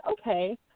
okay